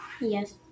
Yes